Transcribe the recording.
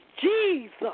Jesus